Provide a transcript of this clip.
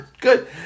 good